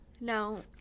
No